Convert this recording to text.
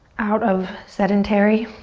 out of sedentary,